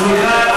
סליחה,